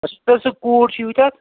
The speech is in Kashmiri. سُہ کوٗٹ چھِ ہُتٮ۪تھ